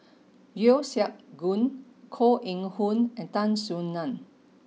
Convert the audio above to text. Yeo Siak Goon Koh Eng Hoon and Tan Soo Nan